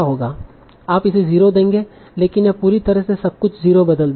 आप इसे जीरो देंगे लेकिन यह पूरी तरह से सब कुछ 0 बदल देगा